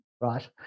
right